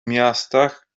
miastach